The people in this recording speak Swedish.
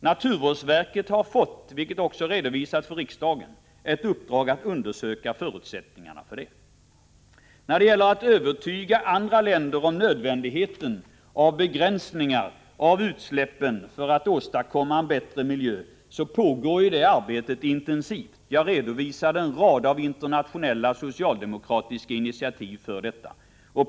Naturvårdsverket har, vilket också har redovisats för riksdagen, fått ett uppdrag att undersöka förutsättningarna för en sådan halvering. När det gäller att övertyga andra länder om nödvändigheten av begränsningar av utsläppen för att åstadkomma en bättre miljö pågår det ett intensivt arbete. Jag redovisade en rad internationella socialdemokratiska initiativ på detta område.